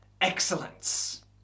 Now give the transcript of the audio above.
excellence